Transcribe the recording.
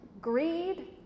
greed